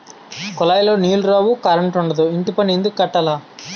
కులాయిలో నీలు రావు కరంటుండదు ఇంటిపన్ను ఎందుక్కట్టాల